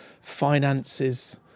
finances